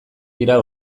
dira